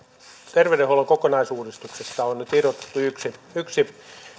terveydenhuollon kokonaisuudistuksesta on nyt irrotettu yksi